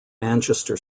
manchester